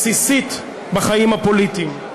בסיסית, בחיים הפוליטיים.